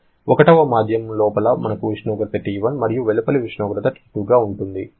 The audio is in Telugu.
1 వ మాధ్యమం లోపల మనకు ఉష్ణోగ్రత T1 మరియు వెలుపలి ఉష్ణోగ్రత T2 గా ఉంటుంది